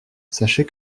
sachez